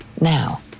Now